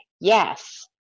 yes